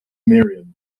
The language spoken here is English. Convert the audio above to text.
miriam